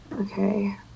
Okay